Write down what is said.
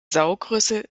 saugrüssel